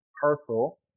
parcel